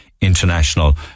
International